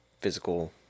physical